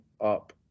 up